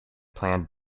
plans